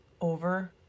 over